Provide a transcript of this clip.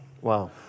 Wow